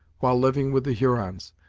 while living with the hurons,